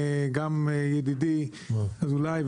גם ידידי אזולאי,